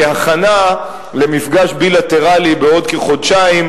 כהכנה למפגש בילטרלי בעוד כחודשיים,